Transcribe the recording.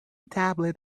tablet